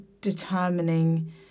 determining